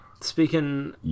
Speaking